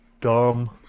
Dumb